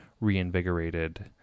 reinvigorated